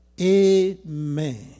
Amen